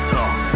Talk